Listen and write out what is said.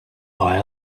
buy